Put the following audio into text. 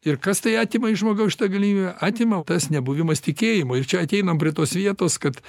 ir kas tai atima iš žmogaus šitą galimybę atima tas nebuvimas tikėjimo ir čia ateinam prie tos vietos kad